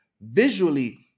visually